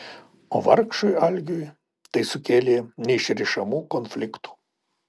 o vargšui algiui tai sukėlė neišrišamų konfliktų